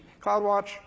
CloudWatch